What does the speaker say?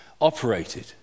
operated